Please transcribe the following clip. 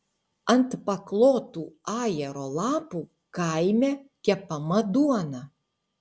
ant paklotų ajero lapų kaime kepama duona